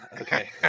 Okay